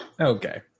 Okay